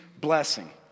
blessing